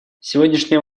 сегодняшняя